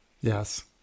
Yes